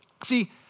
See